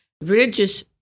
religious